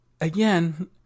again